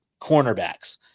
cornerbacks